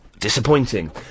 Disappointing